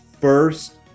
first